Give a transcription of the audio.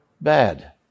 bad